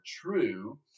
true